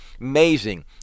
Amazing